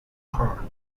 her